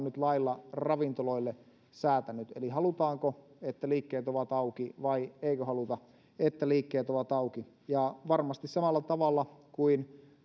nyt lailla ravintoloille säätänyt eli halutaanko että liikkeet ovat auki vai eikö haluta että liikkeet ovat auki varmasti samalla tavalla kuin